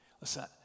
Listen